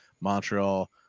Montreal